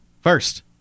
First